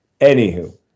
anywho